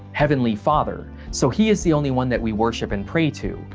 heavenly father, so he is the only one that we worship and pray to,